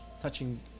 touching